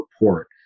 report